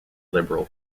liberal